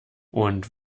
und